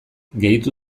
gehitu